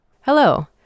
Hello